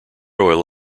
oil